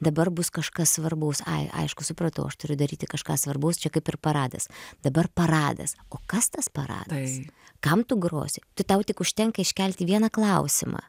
dabar bus kažkas svarbaus ai aišku supratau aš turiu daryti kažką svarbaus čia kaip ir paradas dabar paradas o kas tas paradas kam tu grosi tai tau tik užtenka iškelti vieną klausimą